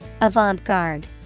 Avant-garde